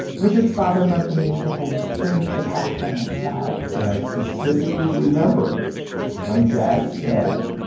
richard's father broke the news to him, true to the kraft family style and i specifically remembered my dad said,